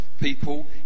people